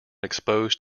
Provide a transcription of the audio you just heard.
exposed